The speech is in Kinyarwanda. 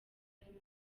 harimo